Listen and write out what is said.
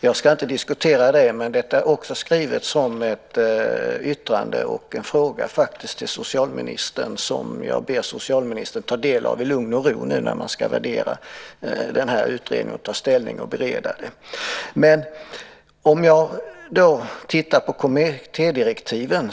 Jag ska inte diskutera det, men detta är också skrivet som ett yttrande och faktiskt en fråga till socialministern, som jag ber socialministern ta del av i lugn och ro, nu när man ska värdera den här utredningen, ta ställning och bereda detta. Jag har tittat på kommittédirektiven.